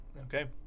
Okay